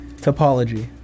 Topology